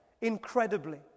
incredibly